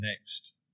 next